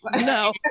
No